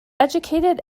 educated